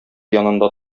янында